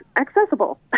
accessible